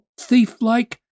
thief-like